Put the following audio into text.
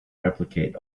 replicate